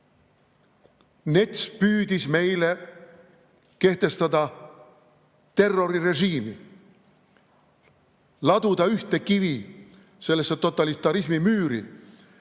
NETS püüdis meil kehtestada terrorirežiimi, laduda ühte kivi sellesse totalitarismimüüri,